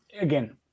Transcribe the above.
Again